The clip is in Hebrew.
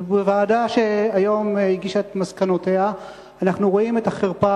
בוועדה שהיום הגישה את מסקנותיה אנחנו רואים את החרפה